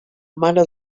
mare